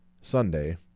Sunday